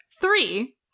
three